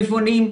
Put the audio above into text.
נבונים,